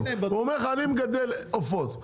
הוא אומר לך שהוא מגדל עופות,